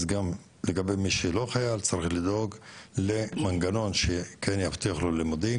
אז גם לגבי מי שלא חייל צריך לדאוג למנגנון שכן יבטיח לו לימודים.